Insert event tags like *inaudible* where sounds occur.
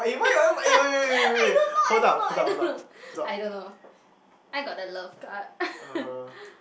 *laughs* I don't know I don't know I don't know I don't know I got the love card *laughs*